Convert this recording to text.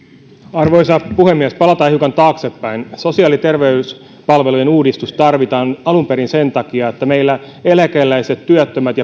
arvoisa puhemies palataan hiukan taaksepäin sosiaali ja terveyspalvelujen uudistus tarvitaan alun perin sen takia että meillä eläkeläiset työttömät